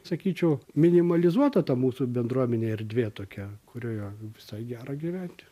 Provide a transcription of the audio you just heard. sakyčiau minimalizuota ta mūsų bendruomenė erdvė tokia kurioje visai gera gyventi